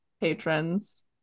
patrons